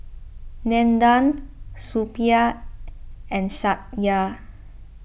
Nandan Suppiah and Satya